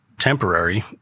temporary